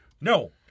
no